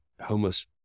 homeless